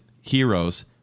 heroes